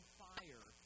fire